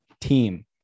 team